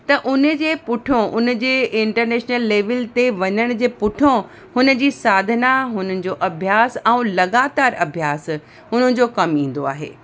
त उन जे पुठियां उन जे इंटरनेशनल लेविल ते वञण जे पुठियां हुन जी साधना हुननि जो अभ्यास ऐं लॻातार अभ्यास हुननि जो कमु ईंदो आहे